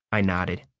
i nodded.